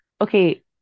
okay